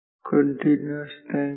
continuous time का